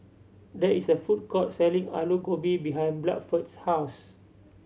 there is a food court selling Alu Gobi behind Bluford's house